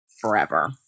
forever